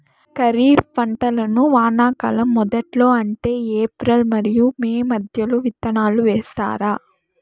ఖరీఫ్ పంటలను వానాకాలం మొదట్లో అంటే ఏప్రిల్ మరియు మే మధ్యలో విత్తనాలు వేస్తారు